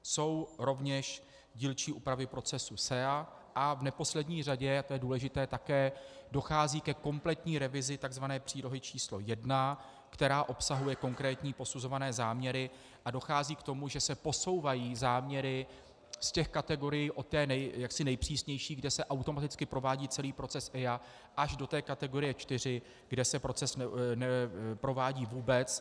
Jsou rovněž dílčí úpravy procesu SEA a v neposlední řadě, a to je důležité, také dochází ke kompletní revizi takzvané přílohy č. 1, která obsahuje konkrétní posuzované záměry, a dochází k tomu, že se posouvají záměry z kategorií od té nejpřísnější, kde se automaticky provádí celý proces EIA, až do kategorie 4, kde se proces neprovádí vůbec.